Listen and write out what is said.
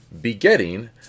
begetting